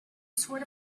sort